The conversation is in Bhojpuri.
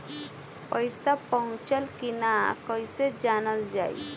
पैसा पहुचल की न कैसे जानल जाइ?